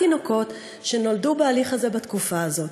תינוקות שנולדו בהליך הזה בתקופה הזאת.